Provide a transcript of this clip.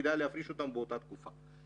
כדאי לפריש אותן באותה תקופה.